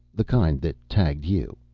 the kind that tagged you.